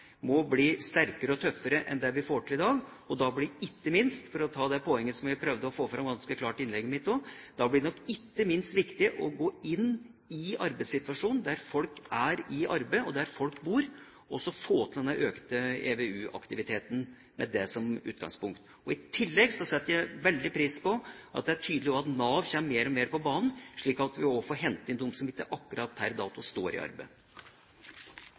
for å ta det poenget som jeg prøvde å få fram ganske klart i innlegget mitt også – ikke minst viktig å gå inn i arbeidssituasjonen, der folk er i arbeid, og der folk bor, og få til den økte EVU-aktiviteten med det som utgangspunkt. I tillegg setter jeg veldig stor pris på at det også er tydelig at Nav kommer mer og mer på banen, slik at vi også får hentet inn dem som ikke akkurat per dato står i arbeid.